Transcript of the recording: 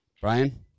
Brian